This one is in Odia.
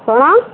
କ'ଣ